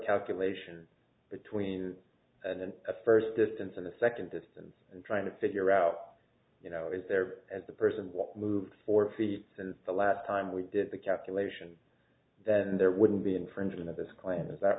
calculation between it and a first distance of the second distance and trying to figure out you know is there as the person what move four feet and the last time we did the calculation and there wouldn't be an infringement of this claim is that